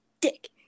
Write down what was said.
dick